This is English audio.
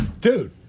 dude